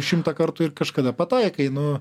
šimtą kartų ir kažkada pataikai nu